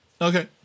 Okay